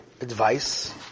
advice